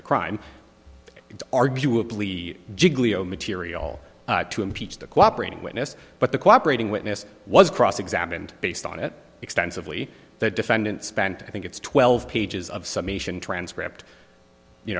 the crime it's arguably giglio material to impeach the cooperating witness but the cooperating witness was cross examined based on it extensively the defendant spent i think it's twelve pages of summation transcript you